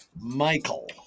Michael